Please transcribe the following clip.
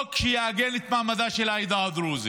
חוק שיעגן את מעמדה של העדה הדרוזית.